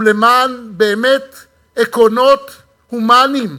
ובאמת למען עקרונות הומניים,